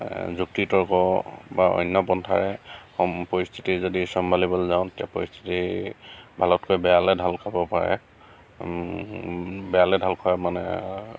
যুক্তি তৰ্ক বা অন্য পন্থাৰে সম পৰিস্থিতি যদি চম্ভালিবলৈ যাওঁ তেতিয়া পৰিস্থিতি ভালতকৈ বেয়ালেহে ঢাল খাব পাৰে বেয়ালে ঢাল খোৱা মানে